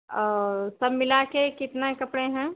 और सब मिला के कितना कपड़े हैं